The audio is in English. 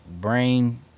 brain